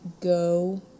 go